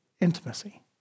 intimacy